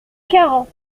quarante